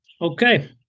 Okay